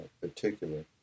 particular